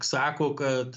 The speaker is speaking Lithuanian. sako kad